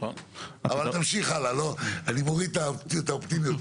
אבל תמשיך הלאה, אני מוריד את האופטימיות.